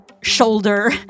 shoulder